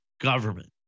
government